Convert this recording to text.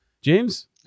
James